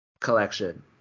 collection